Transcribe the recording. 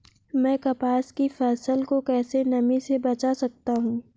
मैं कपास की फसल को कैसे नमी से बचा सकता हूँ?